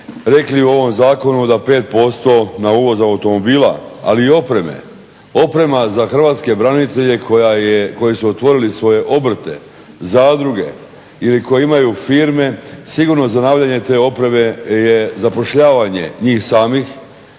rekli u ovom zakonu da 5% na uvoz automobila, ali i opreme, oprema za hrvatske branitelje koji su otvorili svoje obrte, zadruge ili koji imaju firme, sigurno za nabavljanje te opreme, zapošljavanje njih samih